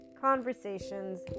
conversations